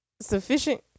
sufficient